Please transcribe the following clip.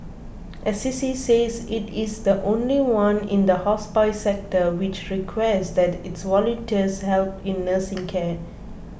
Assisi says it is the only one in the hospice sector which requests that its volunteers help in nursing care